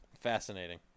Fascinating